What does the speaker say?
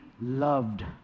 loved